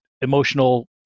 emotional